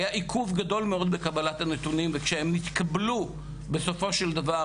היה עיכוב גדול מאוד בקבלת הנתונים ושהם נתקבלו בסופו של דבר,